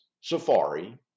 Safari